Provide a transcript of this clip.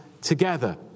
together